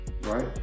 right